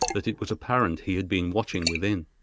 that it was apparent he had been watching within.